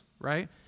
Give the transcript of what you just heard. right